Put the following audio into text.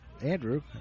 Andrew